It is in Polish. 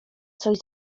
coś